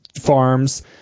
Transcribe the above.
farms